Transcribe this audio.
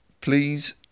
please